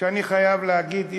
שאני חייב להגיד,